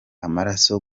amaraso